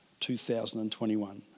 2021